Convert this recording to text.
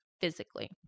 physically